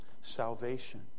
salvation